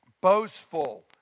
boastful